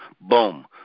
boom